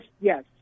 Yes